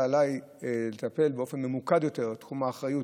עליי לטפל באופן ממוקד יותר בתחום האחריות,